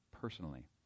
personally